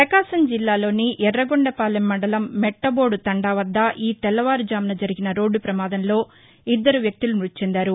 ప్రపకాశం జిల్లాలోని యర్రగొండపాలెం మండలం మెట్టబోదు తండా వద్ద ఈ తెల్లవారుఝామున జరిగిన రోడ్లు ప్రమాదంలో ఇద్దరు వ్యక్తులు మృతి చెందారు